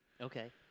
Okay